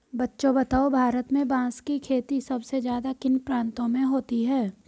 बच्चों बताओ भारत में बांस की खेती सबसे ज्यादा किन प्रांतों में होती है?